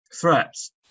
threats